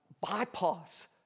bypass